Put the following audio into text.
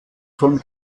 von